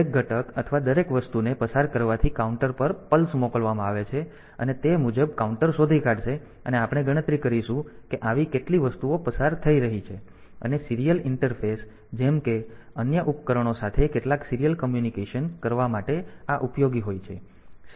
દરેક ઘટક અથવા દરેક વસ્તુને પસાર કરવાથી કાઉન્ટર પર પલ્સ મોકલવામાં આવે છે અને તે મુજબ કાઉન્ટર શોધી કાઢશે અને આપણે ગણતરી કરીશું કે આવી કેટલી વસ્તુઓ પસાર થઈ છે અને સીરીયલ ઇન્ટરફેસ જેમ કે અન્ય ઉપકરણો સાથે કેટલાક સીરીયલ કમ્યુનિકેશન કરવા માટે આ ઉપયોગી હોય છે